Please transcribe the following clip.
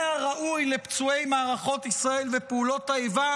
הראוי לפצועי מערכות ישראל ופעולות האיבה,